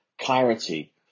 clarity